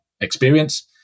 experience